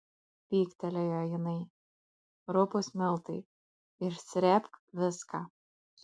pyktelėjo jinai rupūs miltai išsrėbk viską